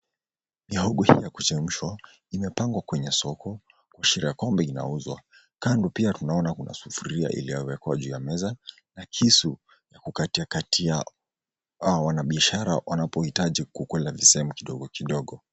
Mihogo hii ya kuchemshwa imepangwa kwenye soko kuashiria kwamba inauzwa. Kando pia tunaona kuna sufuria iliyowekwa juu ya meza na kisu ya kukatiakatia hao wanabiashara wanapohitaji kukula visehemu kidogo kidogo.